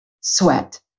sweat